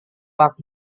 pak